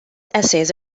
essays